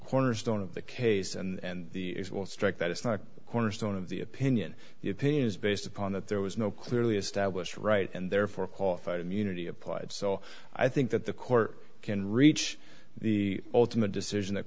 cornerstone of the case and will strike that it's not a cornerstone of the opinion the opinion is based upon that there was no clearly established right and therefore qualified immunity applied so i think that the court can reach the ultimate decision that